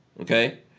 okay